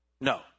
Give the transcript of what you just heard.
No